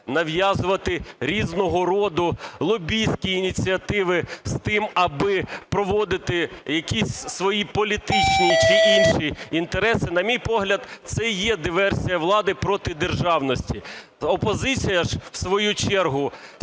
нав'язувати різного роду лобістські ініціативи з тим, аби проводити якісь свої політичні чи інші інтереси, на мій погляд, це є диверсія влади проти державності. Опозиція в свою чергу